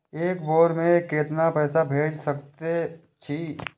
एक बेर में केतना पैसा भेज सके छी?